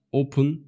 open